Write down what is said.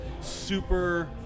super